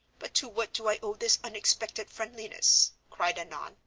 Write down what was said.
but to what do i owe this unexpected friendliness? cried annon,